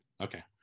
Okay